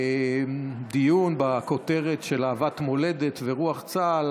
הדיון בכותרת של אהבת מולדת ורוח צה"ל,